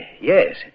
Yes